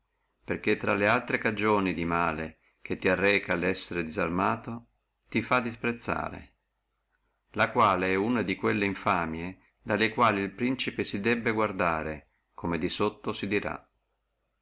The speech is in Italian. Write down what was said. perché intra le altre cagioni che ti arreca di male lo essere disarmato ti fa contennendo la quale è una di quelle infamie dalle quali el principe si debbe guardare come di sotto si dirà